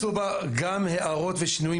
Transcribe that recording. הוכנסו בה גם הערות ושינויים,